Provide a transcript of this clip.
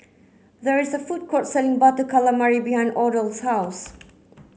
there is a food court selling butter calamari behind Odell's house